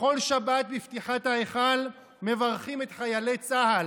בכל שבת, בפתיחת ההיכל, מברכים את חיילי צה"ל.